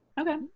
Okay